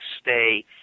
stay